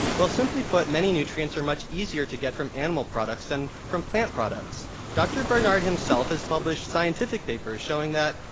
well, simply put, many nutrients are much easier to get from animal products than from plant dr. barnard himself has published scientific papers showing that,